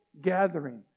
gathering